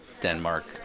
denmark